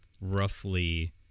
roughly